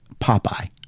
Popeye